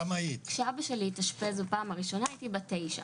כשאבא שלי התאשפז בפעם הראשונה הייתי בת 9,